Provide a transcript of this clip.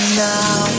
now